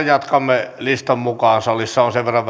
jatkamme listan mukaan salissa on sen verran